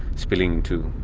spilling too.